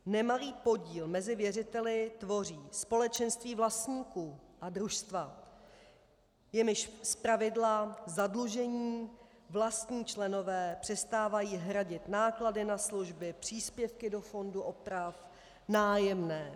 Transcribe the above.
Nemalý podíl mezi věřiteli tvoří společenství vlastníků a družstva, jimž zpravidla zadlužení vlastní členové přestávají hradit náklady na služby, příspěvky do fondu oprav, nájemné.